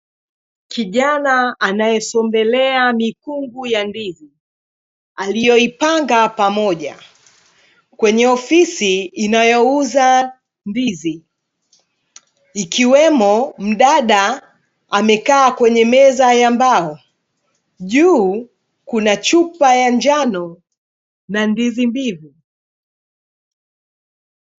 Kijana anayesombelea mikungu ya ndizi aliyoipanga pamoja kwenye ofisi inayouza ndizi ikiwemo mdada amekaa kwenye meza ya mbao juu kuna chupa ya njano na ndizi mbivu .